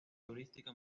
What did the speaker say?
turística